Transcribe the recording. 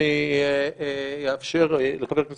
ואתם צריכים לדעת שהמינהל האזרחי מקפיד